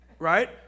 right